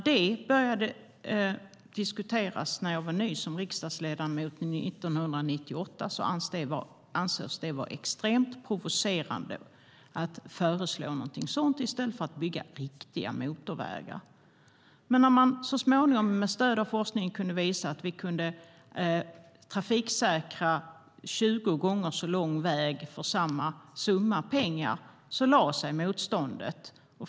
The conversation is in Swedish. Det började diskuteras när jag var ny som riksdagsledamot, 1998, då det ansågs vara extremt provocerande att föreslå något sådant i stället för att bygga riktiga motorvägar. Men när vi så småningom, med stöd av forskning, kunde visa att man kan trafiksäkra en 20 gånger längre väg för samma summa pengar lade sig motståndet.